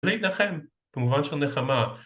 להתנחם, במובן של נחמה.